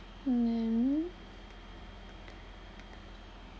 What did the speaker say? then